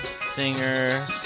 singer